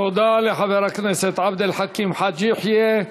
תודה לחבר הכנסת עבד אל חכים חאג' יחיא.